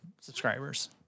subscribers